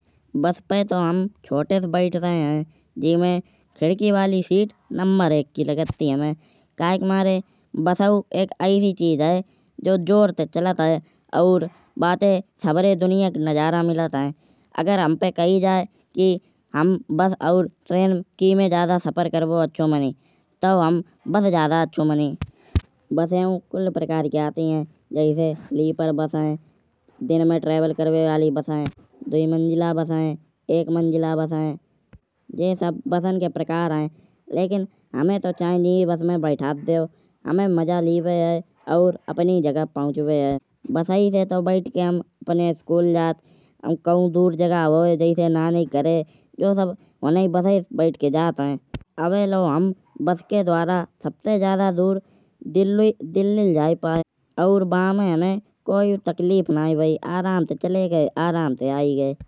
बस पे तो हम छोटे से बैठ रहे हैं। जीमे खिड़की वाली सीट नंबर एक की लगत थी हमये। काहे के मारे बसउ एक ऐसी चीज है। जो जोर से चलत है। और बातें सबरे दुनिया के नज़ारा मिलत है। अगर हम पे कहीं जाए कि हम बस और ट्रेन कीमे ज्यादा सफर करिबो अच्छा मनीय। तौ हम बस ज्यादा अच्छा मनीय। बसउ पूरे प्रकार की आती है। जैसे स्लीपर बसाए दिन में ट्रैवल करिवे वाली बसाए दुयी मंजिला बसाए एक मंजिला बसाए ये सब बसन के प्रकार है। लेकिन हमारे तौ चाहे जी बस में बैठर देयो। हमरे मजा लीवे है और अपनी जगह पे पहुँचावे है। बसही से तो बैठ के हम अपने स्कूल जात। और कहूं दूर जगह होए जैसे नानी के घराए जाऊं सब उन्हाही बसाए पे बैठी के जात है। अभये लाओ हम बस के द्वारा सबसे ज्यादा दूर दिल्ली लग जाए पाए। और बामए हमे कोई तकलीफ नाई भई। आराम ते चले गए आराम ते आए गए।